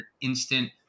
instant